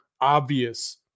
obvious